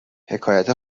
حکایت